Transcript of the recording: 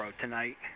tonight